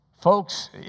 Folks